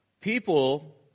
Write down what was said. People